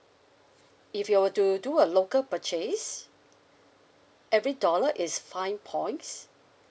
if you were to do a local purchase every dollar is five points